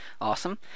Awesome